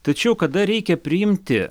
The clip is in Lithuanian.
tačiau kada reikia priimti